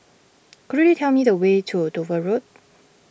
could you tell me the way to Dover Road